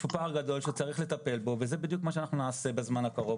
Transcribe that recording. יש פה פער גדול שצריך לטפל בו וזה בדיוק מה שאנחנו נעשה בזמן הקרוב,